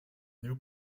new